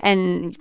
and